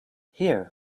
here